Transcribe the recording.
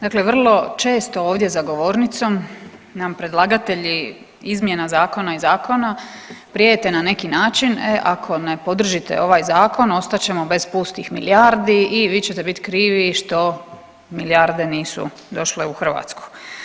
Dakle, vrlo često ovdje za govornicom nam predlagatelji izmjena zakona i zakona prijete na neki način, e ako ne podržite ovaj zakon ostat ćemo bez pustih milijardi i vi ćete bit krivi što milijarde nisu došle u Hrvatsku.